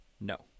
No